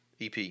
EP